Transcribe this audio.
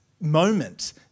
moment